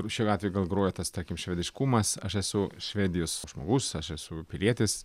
šiuo atveju gal groja tas tarkim švediškumas aš esu švedijos žmogus aš esu pilietis